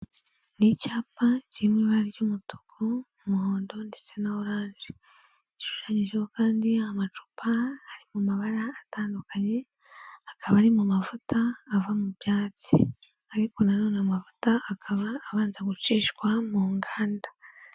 Ni icyapa kiri mu ibara ry'umutuku, umuhondo ndetse na oranje. Gishushanyijeho kandi amacupa ari mu mabara atandukanye, akaba ari mu mavuta ava mu byatsi ariko na none amavuta akaba abanza gucishwa mu nganda.